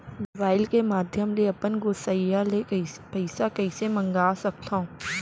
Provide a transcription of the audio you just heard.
Mobile के माधयम ले अपन गोसैय्या ले पइसा कइसे मंगा सकथव?